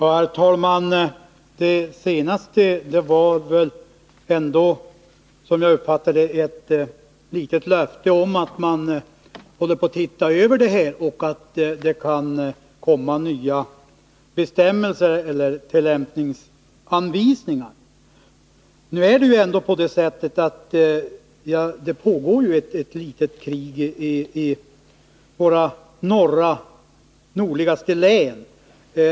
Herr talman! Det senaste uttalandet var väl ändå, som jag uppfattade det, ett litet löfte om att problemet håller på att ses över och att det kan komma nya tillämpningsanvisningar. Det pågår ändå ett litet krig i våra nordligaste län.